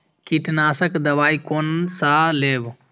कीट नाशक दवाई कोन सा लेब?